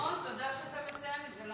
נכון, תודה שאתה מציין את זה.